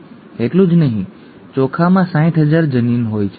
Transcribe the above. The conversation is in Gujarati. એટલું જ નહીં ચોખામાં 60000 જનીન હોય છે